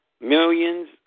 millions